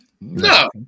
No